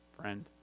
friend